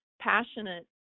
passionate